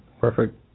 Perfect